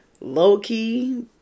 low-key